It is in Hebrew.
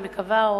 אני מקווה,